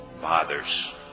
fathers